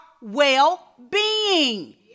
well-being